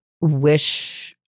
wish